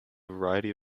variety